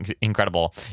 incredible